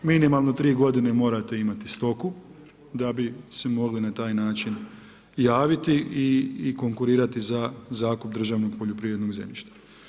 Minimalno 3 godine morate imati stoku da bi se mogli na taj način javiti i konkurirati za zakup državnog poljoprivrednog zemljišta.